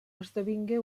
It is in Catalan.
esdevingué